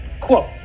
quote